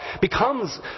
becomes